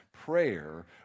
prayer